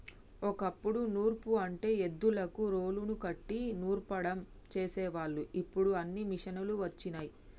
ఓ కప్పుడు నూర్పు అంటే ఎద్దులకు రోలుని కట్టి నూర్సడం చేసేవాళ్ళు ఇప్పుడు అన్నీ మిషనులు వచ్చినయ్